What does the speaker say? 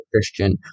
Christian